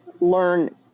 learn